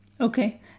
Okay